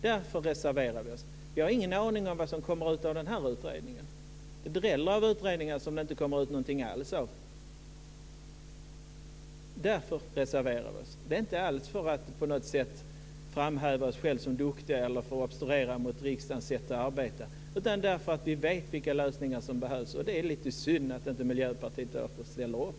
Därför reserverar vi oss. Vi har ingen aning om vad som kommer ut av den här utredningen. Det dräller av utredningar som det inte kommer ut någonting alls av. Därför reserverar vi oss. Det är inte alls för att på något sätt framhäva oss själva som duktiga eller för att obstruera mot riksdagens sätt att arbeta, utan det är för att vi vet vilka lösningar som behövs. Det är lite synd att Miljöpartiet inte ställer upp.